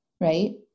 Right